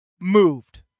moved